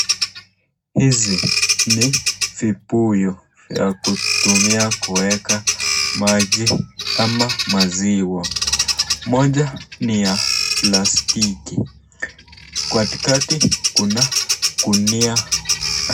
Hizi ni vibuyu vya kutumia kuweka maji ama maziwa, moja ni ya plastiki, katikati kuna gunia.